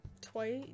twice